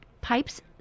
pipes